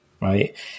right